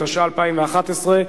התשע"א 2011,